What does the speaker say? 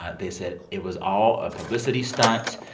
ah they said it was all a publicity stunt.